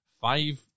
five